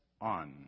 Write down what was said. on